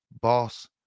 boss